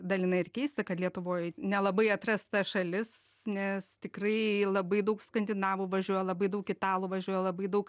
dalinai ir keista kad lietuvoj nelabai atrasta šalis nes tikrai labai daug skandinavų važiuoja labai daug italų važiuoja labai daug